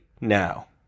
now